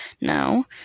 Now